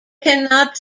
cannot